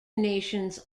nations